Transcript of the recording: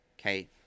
okay